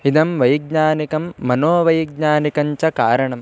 इदं वैज्ञानिकं मनोवैज्ञानिकञ्च कारणम्